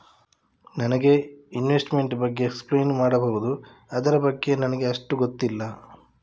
ನನಗೆ ಇನ್ವೆಸ್ಟ್ಮೆಂಟ್ ಬಗ್ಗೆ ಎಕ್ಸ್ಪ್ಲೈನ್ ಮಾಡಬಹುದು, ಅದರ ಬಗ್ಗೆ ನನಗೆ ಅಷ್ಟು ಗೊತ್ತಿಲ್ಲ?